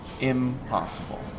impossible